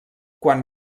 quan